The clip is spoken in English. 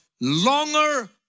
longer